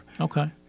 Okay